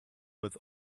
with